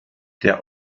der